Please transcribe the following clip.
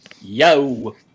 Yo